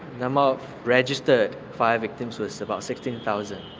the amount registered fire victims was about sixteen thousand.